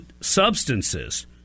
substances